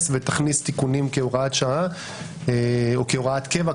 ותכניס תיקונים כהוראת שעה או כהוראת קבע,